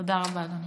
תודה רבה, אדוני.